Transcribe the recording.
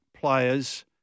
players